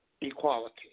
equality